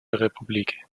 republik